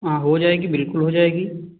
हाँ हो जाएगी बिल्कुल हो जाएगी